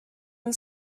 and